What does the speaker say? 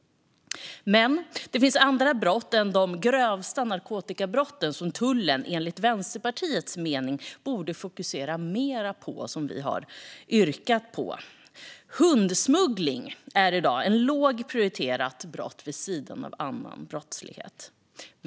Men det finns andra brott än de grövsta narkotikabrotten som tullen enligt Vänsterpartiets mening borde fokusera mer på, vilket vi har yrkat på. Hundsmuggling är i dag ett lågt prioriterat brott vid sidan av annan brottslighet.